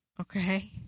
Okay